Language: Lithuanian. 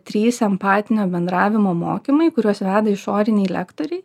trys empatinio bendravimo mokymai kuriuos veda išoriniai lektoriai